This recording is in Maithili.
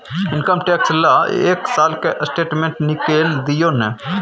इनकम टैक्स ल एक साल के स्टेटमेंट निकैल दियो न?